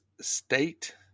State